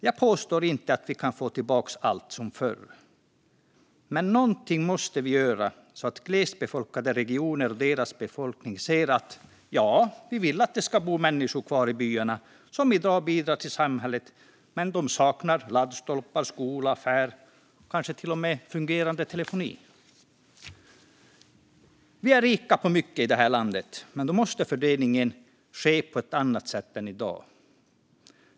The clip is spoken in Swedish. Jag påstår inte att vi kan få tillbaka allt som förr, men något måste vi göra så att glest befolkade regioner och deras befolkning ser att vi vill att det ska bo människor kvar i byarna som i dag bidrar till samhället men som saknar laddstolpar, skola, affär, och kanske till och med fungerande telefoni. Vi är rika på mycket i det här landet, men då måste fördelningen ske på ett annat sätt än i dag.